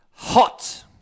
Hot